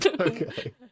Okay